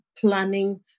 planning